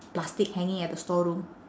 plastic hanging at the store room